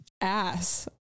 ass